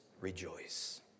rejoice